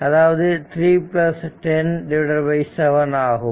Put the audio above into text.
அதாவது 3 10 7 ஆகும்